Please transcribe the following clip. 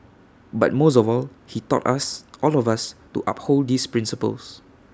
but most of all he taught us all of us to uphold these principles